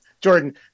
Jordan